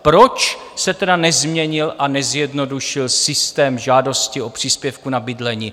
Proč se tedy nezměnil a nezjednodušil systém žádostí o příspěvek na bydlení?